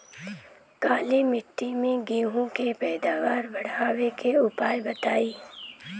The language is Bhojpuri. काली मिट्टी में गेहूँ के पैदावार बढ़ावे के उपाय बताई?